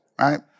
Right